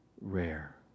rare